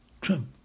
Trump